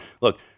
look